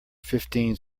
fifteen